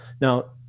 Now